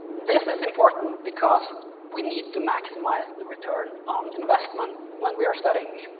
this is important because we need to maximize the return on investment when we are studying.